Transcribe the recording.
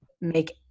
make